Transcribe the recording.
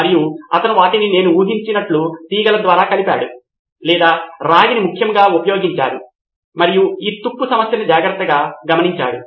మరియు అతను వాటిని నేను ఊహించినట్లు తీగల ద్వారా కలిపాడు లేదా రాగిని ముఖ్యంగా ఉపయొగించారు మరియు ఈ తుప్పు సమస్యను జాగ్రత్తగా గమనించాడు